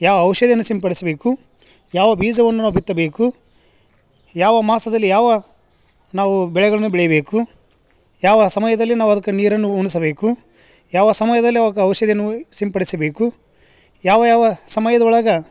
ಯಾವ ಔಷಧಿಯನ್ನ ಸಿಂಪಡ್ಸ್ಬೇಕು ಯಾವ ಬೀಜವನ್ನ ನಾವು ಬಿತ್ತಬೇಕು ಯಾವ ಮಾಸದಲ್ಲಿ ಯಾವ ನಾವು ಬೆಳೆಗಳನ್ನ ಬೆಳೀಬೇಕು ಯಾವ ಸಮಯದಲ್ಲಿ ನಾವು ಅದ್ಕ ನೀರನ್ನು ಉಣ್ಸಬೇಕು ಯಾವ ಸಮಯದಲ್ಲಿ ಅವ್ಕ ಔಷಧಿಯನು ಸಿಂಪಡಿಸಬೇಕು ಯಾವ ಯಾವ ಸಮಯ್ದೊಳಗ